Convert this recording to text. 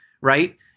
right